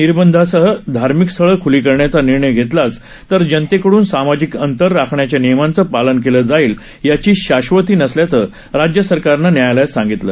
निर्बधासह धार्मिक स्थळं ख्ली करण्याचा निर्णय घेतलाच तर जनतेकड्रन सामाजिक अंतर राखण्याच्या नियमाचं पालन केलं जाईल याची शाश्वती नसल्याचं राज्य सरकारनं न्यायालयात सांगितलं